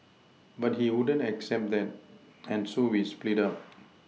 but he wouldn't accept that and so we split up